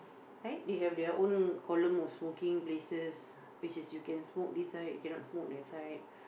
right they have their own column of smoking places which is you can smoke this side can not smoke that side